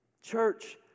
church